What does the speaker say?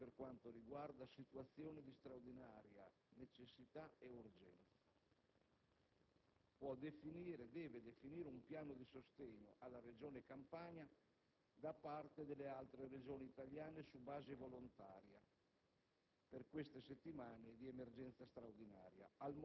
il concorso qualificato delle Forze armate per quanto riguarda situazioni di straordinaria necessità e urgenza. Egli deve inoltre definire un piano di sostegno alla Regione Campania da parte delle altre Regioni italiane su base volontaria